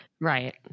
Right